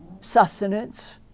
sustenance